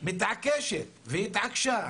מתעקשות והתעקשו,